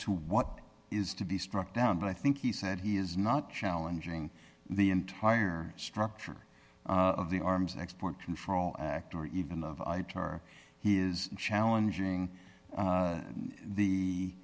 to what it is to be struck down but i think he said he is not challenging the entire structure of the arms export control act or even of i tour he is challenging the t